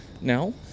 now